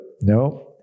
no